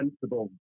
sensible